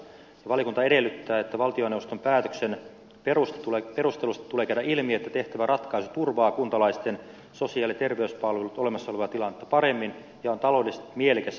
valiokunta edellyttää että valtioneuvoston päätöksen perusteluista tulee käydä ilmi että tehtävä ratkaisu turvaa kuntalaisten sosiaali ja terveyspalvelut olemassa olevaa tilannetta paremmin ja on taloudellisesti mielekäs ja kustannustehokas